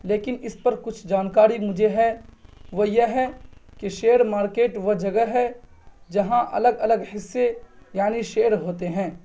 لیکن اس پر کچھ جانکاری مجھے ہے وہ یہ ہے کہ شیئر مارکیٹ وہ جگہ ہے جہاں الگ الگ حصے یعنی شیئر ہوتے ہیں